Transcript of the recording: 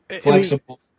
Flexible